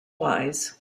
wise